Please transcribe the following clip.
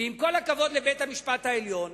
ועם כל הכבוד לבית-המשפט העליון,